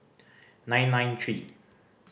nine nine three